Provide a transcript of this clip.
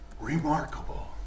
remarkable